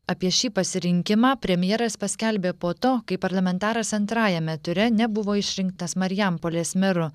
apie šį pasirinkimą premjeras paskelbė po to kai parlamentaras antrajame ture nebuvo išrinktas marijampolės mero